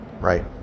Right